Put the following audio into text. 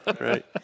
right